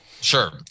Sure